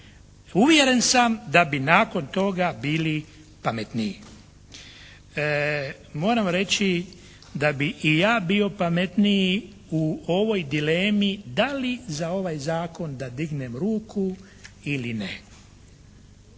Uvjeren sam da bi nakon toga bili pametniji. Moram reći da bi i ja bio pametniji u ovoj dilemi da li za ovaj zakon da dignem ruku ili ne.